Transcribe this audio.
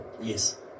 yes